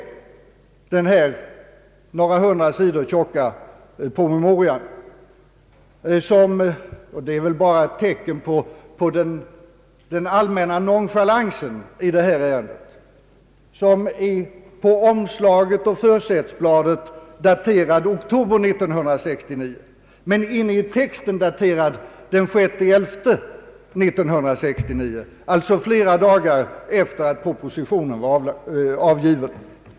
Jag åsyftar här den några hundra sidor tjocka promemoria som — vilket väl är ett tecken på den allmänna nonchalansen i detta ärende — på omslaget och försättsbladet är daterad oktober 1969, men inne i texten daterad den 6 november 1969, alltså flera dagar efter det att propositionen avgivits.